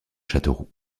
châteauroux